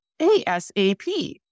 ASAP